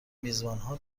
میزبانها